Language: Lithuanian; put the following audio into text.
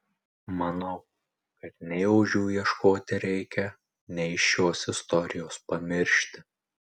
manau kad nei ožių ieškoti reikia nei šios istorijos pamiršti